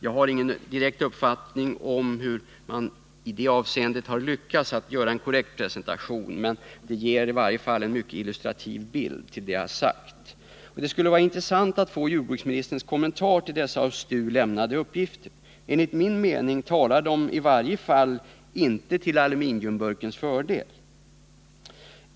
Jag har ingen direkt uppfattning hururvida man i det fallet lyckats göra en korrekt presentation, men den ger i alla fall en mycket illustrativ belysning av vad jag har sagt. Det skulle vara intressant att få jordbruksministerns kommentar till dessa av STU lämnade uppgifter. Enligt min mening talar de i varje fall inte till aluminiumburkens fördel.